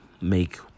make